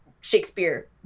Shakespeare